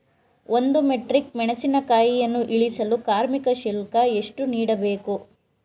ಒಂದು ಮೆಟ್ರಿಕ್ ಮೆಣಸಿನಕಾಯಿಯನ್ನು ಇಳಿಸಲು ಕಾರ್ಮಿಕ ಶುಲ್ಕ ಎಷ್ಟು ನೀಡಬೇಕು?